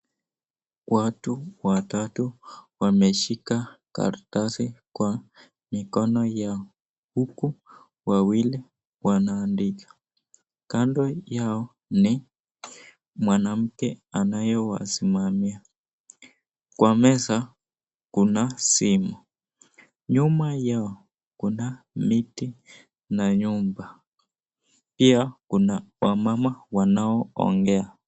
Watu watatu wameshikana karatasi kwa mikono yao, huku wawili wanaandika. Kando yao ni mwanamke anayo wasimamia. Kwa meza Kuna simu. Nyuma Yao Kuna miti na nyumba. Pia Kuna wamama wanao ongea.